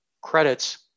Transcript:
credits